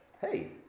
Hey